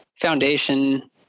foundation